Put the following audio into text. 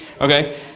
Okay